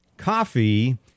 Coffee